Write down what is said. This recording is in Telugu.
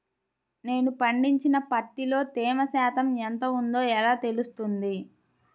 నేను పండించిన పత్తిలో తేమ శాతం ఎంత ఉందో ఎలా తెలుస్తుంది?